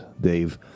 Dave